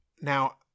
Now